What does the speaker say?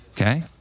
okay